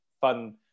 fun